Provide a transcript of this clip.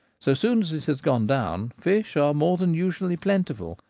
so soon as it has gone down fish are more than usually plentiful,